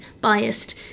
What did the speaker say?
biased